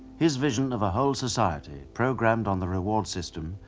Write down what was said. his vision of a whole society, programmed on the reward system,